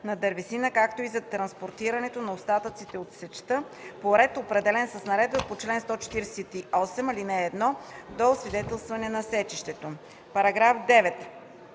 на дървесина, както и за транспортирането на остатъците от сечта, по ред, определен с наредбата по чл. 148, ал. 11, до освидетелстване на сечището.” По § 9